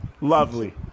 Lovely